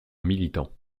militant